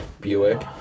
buick